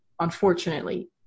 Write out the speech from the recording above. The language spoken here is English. unfortunately